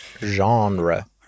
Genre